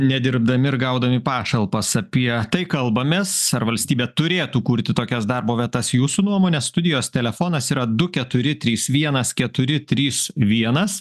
nedirbdami ir gaudami pašalpas apie tai kalbamės ar valstybė turėtų kurti tokias darbo vietas jūsų nuomone studijos telefonas yra du keturi trys vienas keturi trys vienas